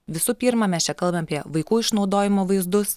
visų pirma mes čia kalbam apie vaikų išnaudojimo vaizdus